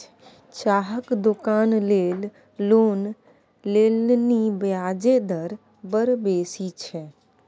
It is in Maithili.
चाहक दोकान लेल लोन लेलनि ब्याजे दर बड़ बेसी छै